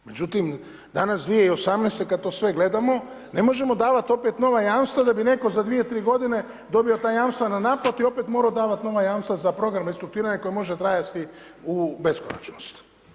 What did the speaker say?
Međutim, danas 2018. kada to sve gledamo ne možemo davat nova opet jamstva da bi netko za dvije, tri godine dobio ta jamstva na naplatu i opet morao davat nova jamstva za program restrukturiranja koje može trajati u beskonačnost.